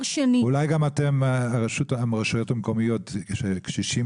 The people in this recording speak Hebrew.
אולי גם אתם הרשויות המקומיות כשקשישים